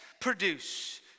produce